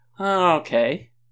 okay